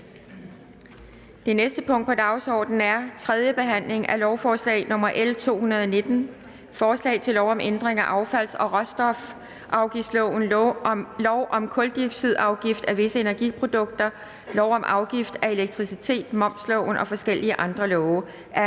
Det næste punkt på dagsordenen er: 6) 3. behandling af lovforslag nr. L 219: Forslag til lov om ændring af affalds- og råstofafgiftsloven, lov om kuldioxidafgift af visse energiprodukter, lov om afgift af elektricitet, momsloven og forskellige andre love.